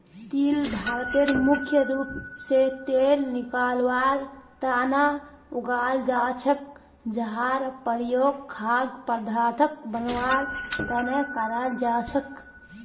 तिल भारतत मुख्य रूप स तेल निकलवार तना उगाल जा छेक जहार प्रयोग खाद्य पदार्थक बनवार तना कराल जा छेक